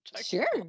Sure